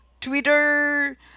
Twitter